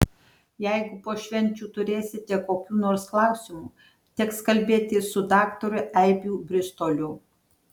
jeigu po švenčių turėsite kokių nors klausimų teks kalbėtis su daktaru eibių bristoliu